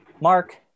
Mark